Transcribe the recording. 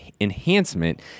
enhancement